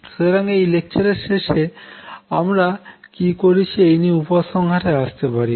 সুতরাং এই লেকচার এর শেষে আমরা কি করেছি এই নিয়ে উপসংহারে আসতে পারি